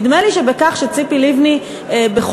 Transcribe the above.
נדמה לי שבכך שציפי לבני נקראה,